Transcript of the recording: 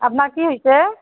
আপোনাৰ কি হৈছে